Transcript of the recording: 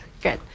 Good